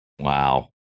Wow